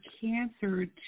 cancer